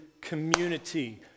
community